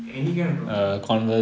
any kind of talking